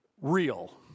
real